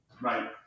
right